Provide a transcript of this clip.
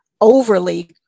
overly